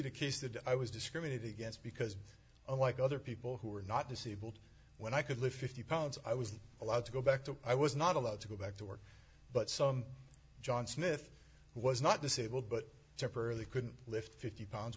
a case that i was discriminated against because unlike other people who are not disabled when i could lift fifty pounds i was allowed to go back to i was not allowed to go back to work but some john smith who was not disabled but temporarily couldn't lift fifty pounds